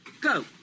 Go